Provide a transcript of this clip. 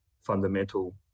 fundamental